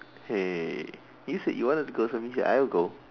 hey you said you wanted to go so I only I said I'll go